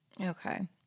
okay